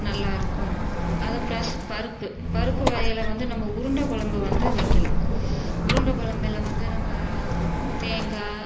நல்லா இருக்கும் அது பிளஸ் பருப்பு பருப்பு வகையில் வந்து நம்ம உருண்டை குழம்பு வந்து வைக்கலாம் உருண்டை குழம்புல வந்து நம்ப தேங்காய்